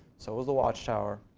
so is the watchtower.